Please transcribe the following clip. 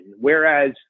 Whereas